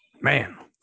man